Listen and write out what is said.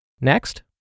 Next